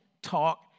Talk